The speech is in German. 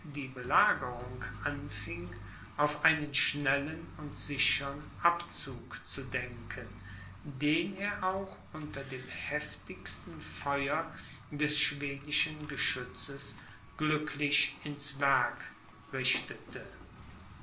die belagerung anfing auf einen schnellen und sichern abzug zu denken den er auch unter dem heftigsten feuer des schwedischen geschützes glücklich ins werk richtete